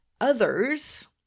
others